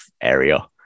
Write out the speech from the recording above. area